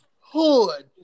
hood